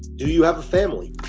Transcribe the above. do you have a family?